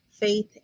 faith